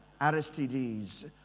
Aristides